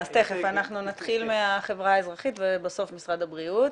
קודם נתחיל עם החברה האזרחית ובסוף משרד הבריאות.